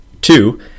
Two